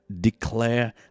declare